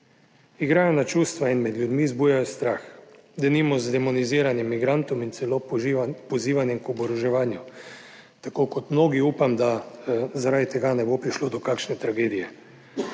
Igrajo na čustva in med ljudmi vzbujajo strah, denimo z demoniziranjem migrantov in celo pozivanjem k oboroževanju. Tako kot mnogi, upam da zaradi tega ne bo prišlo do kakšne tragedije.